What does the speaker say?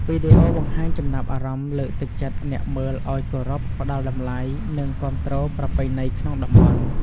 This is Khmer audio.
វីដេអូបង្ហាញចំណាប់អារម្មណ៍លើកទឹកចិត្តអ្នកមើលឲ្យគោរព ផ្ដល់តម្លៃ និងគាំទ្រប្រពៃណីក្នុងតំបន់។